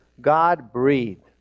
God-breathed